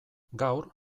gaur